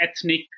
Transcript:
ethnic